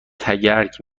تگرگ